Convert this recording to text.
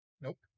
Nope